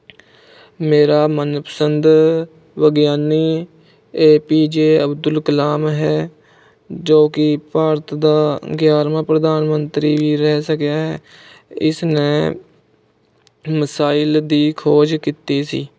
ਮੇਰਾ ਮਨਪਸੰਦ ਵਿਗਿਆਨੀ A P J Abdul Kalam ਹੈ ਜੋ ਕਿ ਭਾਰਤ ਦਾ ਗਿਆਰ੍ਹਵਾਂ ਪ੍ਰਧਾਨ ਮੰਤਰੀ ਵੀ ਰਹਿ ਸਕਿਆ ਹੈ ਇਸ ਨੇ ਮਿਸਾਈਲ ਦੀ ਖੋਜ ਕੀਤੀ ਸੀ